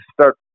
start